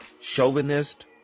chauvinist